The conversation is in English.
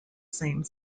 same